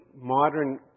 modern